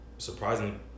Surprising